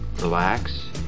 relax